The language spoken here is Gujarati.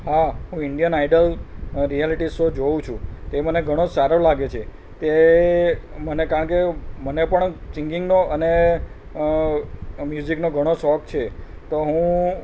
હા હું ઇંડિયન આઇડલ રિયાલિટી સો જોઉં છું તે મને ઘણો સારો લાગે છે તે મને કારણ કે મને પણ સિંગિંગનો અને મ્યુઝિકનો ઘણો શોખ છે તો હું